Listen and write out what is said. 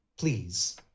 please